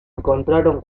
encontraron